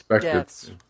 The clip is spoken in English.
deaths